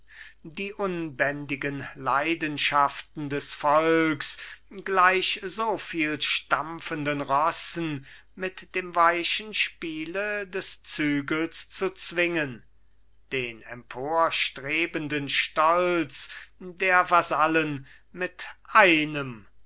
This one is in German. die unbändigen leidenschaften des volks gleich soviel stampfenden rossen mit dem weichen spiele des zügels zu zwingen den emporstrebenden stolz der vasallen mit einem